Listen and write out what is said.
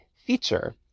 feature